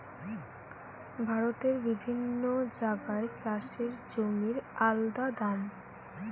ভারতের বিভিন্ন জাগায় চাষের জমির আলদা দাম